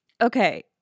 okay